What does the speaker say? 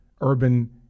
Urban